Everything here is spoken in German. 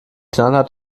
knallhart